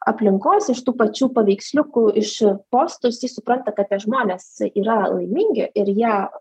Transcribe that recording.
aplinkos iš tų pačių paveiksliukų iš postų jisai supranta kad tie žmonės yra laimingi ir jie